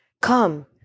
Come